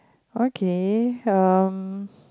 okay um